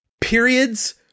Periods